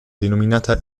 denominata